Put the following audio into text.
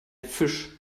fisch